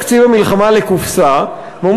הקושי לייצר תחזית עמידה בתקציב דו-שנתי הוא גם